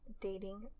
dating